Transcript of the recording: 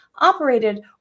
operated